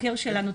החוקר שלנו,